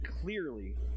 clearly